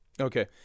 okay